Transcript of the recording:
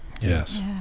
Yes